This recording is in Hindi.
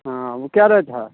हाँ वह क्या रेट है